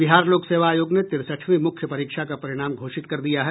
बिहार लोक सेवा आयोग ने तिरसठवीं मुख्य परीक्षा का परिणाम घोषित कर दिया है